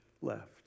left